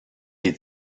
des